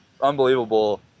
unbelievable